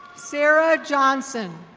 sarah johnson.